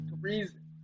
reason